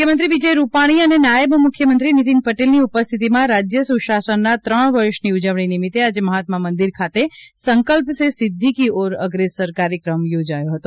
મુખ્યમંત્રી વિજય રૂપાણી અને નાયબ મુખ્યમંત્રી નિતીન પટેલની ઉપસ્થિતિમાં રાજ્ય સુશાસનના ત્રણ વર્ષની ઉજવણી નિમિત્તે આજે મહાત્મા મંદિર ખાતે સંકલ્પ સે સિદ્વિ કી ઓર અગ્રેસર કાર્યક્રમ યોજાયો હતો